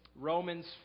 Romans